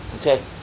Okay